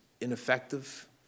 ineffective